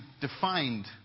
defined